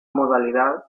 modalidad